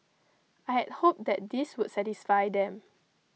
I hoped that this would satisfy them